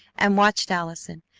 and watched allison,